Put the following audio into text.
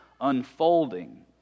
unfolding